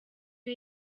iyo